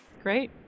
Great